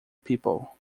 people